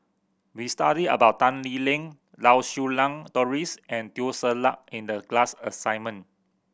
we studied about Tan Lee Leng Lau Siew Lang Doris and Teo Ser Luck in the class assignment